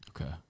Okay